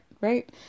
Right